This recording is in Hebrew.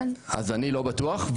אז אני לא בטוח,